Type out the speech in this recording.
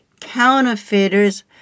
counterfeiters